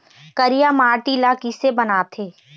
करिया माटी ला किसे बनाथे?